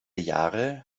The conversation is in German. jahre